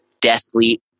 deathly